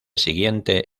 siguiente